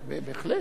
בהחלט.